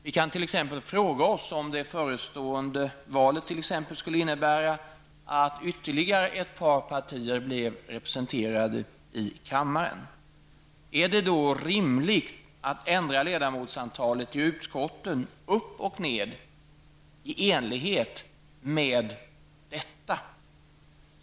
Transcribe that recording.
Vi kan t.ex. fråga oss: Om det förestående valet skulle innebära att ytterligare ett par partier blev representerade i kammaren, är det då rimligt att ändra ledamotsantalet i utskotten i enlighet med detta?